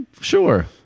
Sure